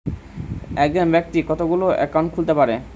একজন ব্যাক্তি কতগুলো অ্যাকাউন্ট খুলতে পারে?